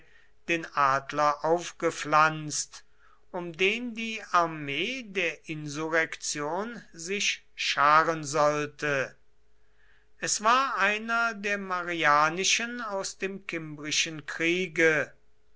den adler aufgepflanzt um den die armee der insurrektion sich scharen sollte es war einer der marianischen aus dem kimbrischen kriege